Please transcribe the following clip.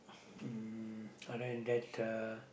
um other than that uh